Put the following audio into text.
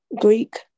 Greek